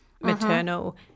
maternal